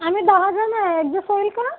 आम्ही दहाजणं ॲडजस होईल का